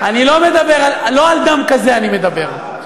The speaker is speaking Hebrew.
לא על דם כזה אני מדבר.